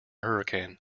hurricane